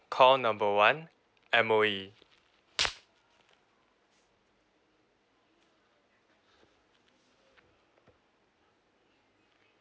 call number one M_O_E